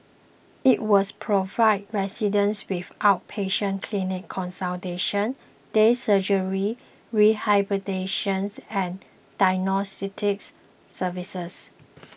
it was provide residents with outpatient clinic consultation day surgery rehabilitations and diagnostics services